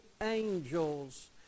angels